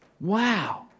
Wow